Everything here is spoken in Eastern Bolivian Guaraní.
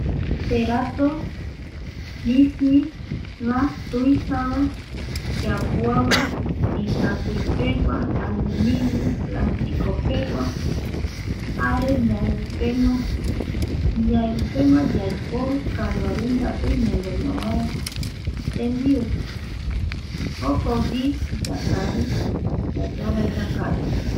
Perato misi, va, tuisava, yapuava, itakuipegua, aluminio, plasticopegua, jare ñaeupegua, ñaeupegua yaiporu karuarendape ñañono vaera tembiu jokogui yakaru yayara yakaruÑAEUPEGUA YAIPORU KARUARENDAPE ÑAÑONO VAERA TEMBIU. JOKOGUI YAKARU YAYARA YAKARU